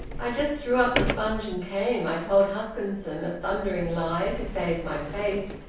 i just threw up the sponge and came. i told huskisson a thundering lie, to save my face,